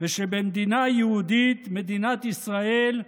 ושבמדינה יהודית, מדינת ישראל,